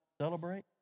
celebrate